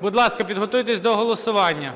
Будь ласка, підготуйтесь до голосування.